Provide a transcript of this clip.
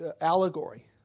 allegory